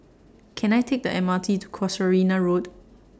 Can I Take The M R T to Casuarina Road